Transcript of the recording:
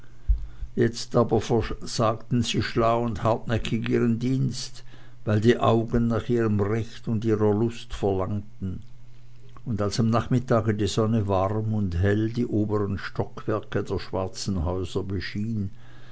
jetzt aber versagten sie schlau und hartnäckig ihren dienst weil die augen nach ihrem recht und ihrer lust verlangten und als am nachmittage die sonne warm und hell die oberen stockwerke der schwarzen häuser beschien